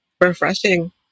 refreshing